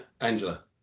Angela